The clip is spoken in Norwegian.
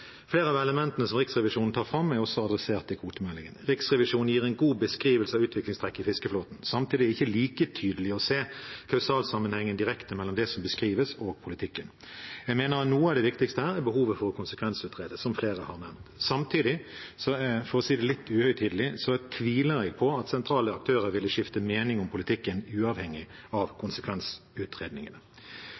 Flere av elementene som Riksrevisjonen tar fram, er også adressert i kvotemeldingen. Riksrevisjonen gir en god beskrivelse av utviklingstrekk i fiskeflåten. Samtidig er det ikke like tydelig å se kausalsammenhengen direkte mellom det som beskrives, og politikken. Jeg mener at noe av det viktigste her er behovet for å konsekvensutrede, som flere har nevnt. Samtidig – for å si det litt uhøytidelig – så tviler jeg på at sentrale aktører ville skiftet mening om politikken, uavhengig av